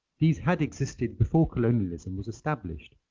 these had existed before colonialism was established,